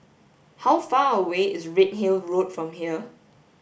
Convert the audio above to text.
how far away is Redhill Road from here